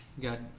got